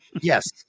yes